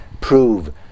prove